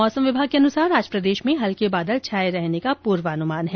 मौसम विभाग के अनुसार आज प्रदेश में हल्के बादल छाए रहने का पूर्वानुमान है